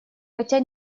хотя